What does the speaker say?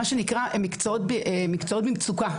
מה שנקרא מקצועות במצוקה,